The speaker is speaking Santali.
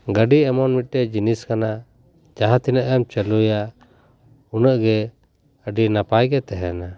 ᱜᱟᱹᱰᱤ ᱮᱢᱚᱱ ᱢᱤᱫᱴᱮᱱ ᱡᱤᱱᱤᱥ ᱠᱟᱱᱟ ᱡᱟᱦᱟᱸ ᱛᱤᱱᱟᱜ ᱮᱢ ᱪᱟᱹᱞᱩᱭᱟ ᱩᱱᱟᱹᱜ ᱜᱮ ᱟᱹᱰᱤ ᱱᱟᱯᱟᱭ ᱜᱮ ᱛᱟᱦᱮᱱᱟ